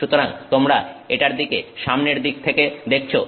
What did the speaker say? সুতরাং তোমরা এটার দিকে সামনের দিক থেকে দেখছো